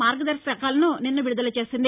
మార్గదర్భకాలను నిన్న విడుదల చేసింది